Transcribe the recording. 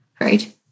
Right